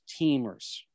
teamers